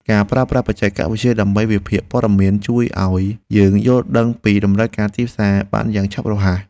ការប្រើប្រាស់បច្ចេកវិទ្យាដើម្បីវិភាគព័ត៌មាន ជួយឱ្យយើងយល់ដឹងពីតម្រូវការទីផ្សារបានយ៉ាងឆាប់រហ័ស។